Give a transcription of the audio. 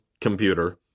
computer